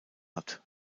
hat